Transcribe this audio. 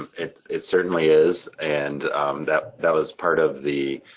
it it certainly is, and that that was part of the